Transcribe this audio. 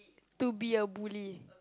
to be a bully